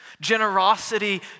generosity